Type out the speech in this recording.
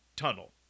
tunnel